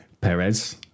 Perez